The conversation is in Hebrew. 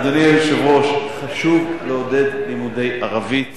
אדוני היושב-ראש, חשוב לעודד לימודי ערבית